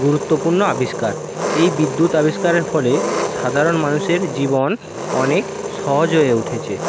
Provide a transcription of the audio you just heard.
গুরুত্বপূণ্য আবিষ্কার এই বিদ্যুৎ আবিষ্কারের ফলে সাধারণ মানুষের জীবন অনেক সহজ হয়ে উঠেছে